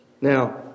Now